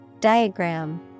Diagram